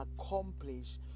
accomplish